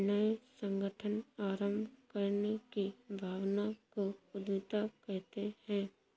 नये संगठन आरम्भ करने की भावना को उद्यमिता कहते है